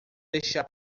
deixar